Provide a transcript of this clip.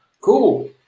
Cool